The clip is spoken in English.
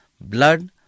blood